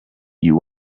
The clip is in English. you